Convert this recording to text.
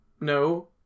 no